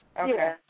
Okay